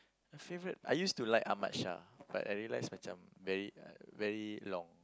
my favourite I used to like Ahmad Shah but I realise macam very uh very long